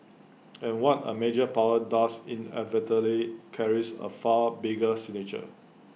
and what A major power does inevitably carries A far bigger signature